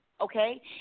Okay